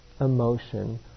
emotion